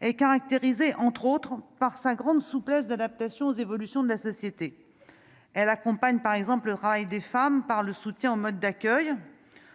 et caractérisé, entre autres, par sa grande souplesse d'adaptation aux évolutions de la société, elle accompagne par exemple rail des femmes par le soutien aux modes d'accueil